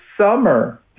summer